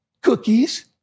cookies